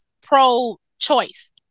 pro-choice